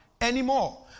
anymore